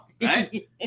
Right